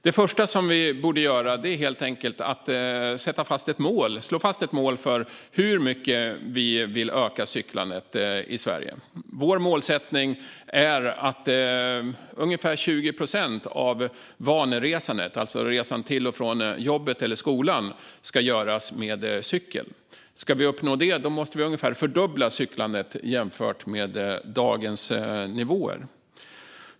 Det första vi borde göra är helt enkelt att slå fast ett mål för hur mycket vi vill öka cyklandet i Sverige. Vår målsättning är att ungefär 20 procent av vaneresandet, alltså resor till och från jobbet eller skolan, ska göras med cykel. Ska vi uppnå det måste vi ungefär fördubbla cyklandet jämfört med dagens nivåer.